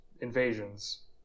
invasions